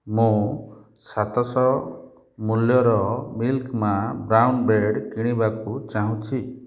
ମୁଁ ସାତଶହ ମୂଲ୍ୟର ମିଲ୍କ ମା' ବ୍ରାଉନ୍ ବ୍ରେଡ଼୍ କିଣିବାକୁ ଚାହୁଁଛି